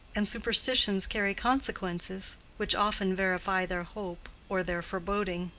and superstitions carry consequences which often verify their hope or their foreboding.